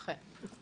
אכן.